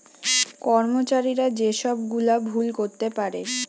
কর্মচারীরা যে সব গুলা ভুল করতে পারে